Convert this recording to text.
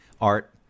art